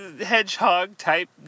hedgehog-type